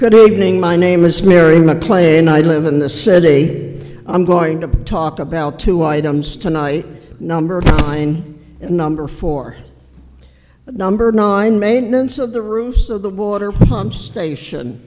good evening my name is mary mcclain i live in the city i'm going to talk about two items tonight number mine and number four number nine maintenance of the roof of the water pump station